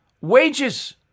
wages